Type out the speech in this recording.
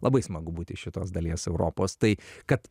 labai smagu būti iš šitos dalies europos tai kad